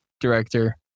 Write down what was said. director